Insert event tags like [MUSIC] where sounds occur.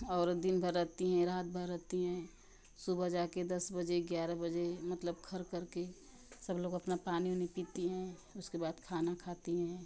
औरत दिनभर रहती हैं रात भर रहती हैं सुबह जाके दस बजे ग्यारह बजे मतलब [UNINTELLIGIBLE] करके सब लोग अपना पानी वानी पीती हैं उसके बाद खाना खाती हैं